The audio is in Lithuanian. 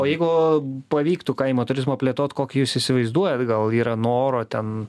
o jeigu pavyktų kaimo turizmą plėtot kokį jūs įsivaizduojat gal yra noro ten